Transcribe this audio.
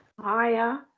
Hiya